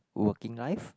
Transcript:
working life